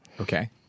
Okay